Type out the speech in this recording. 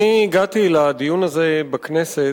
אני הגעתי לדיון הזה בכנסת,